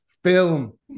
Film